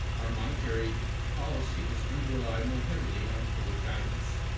our monetary policy has come to rely more heavily on forward guidance.